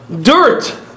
dirt